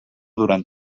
durant